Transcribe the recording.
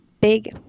big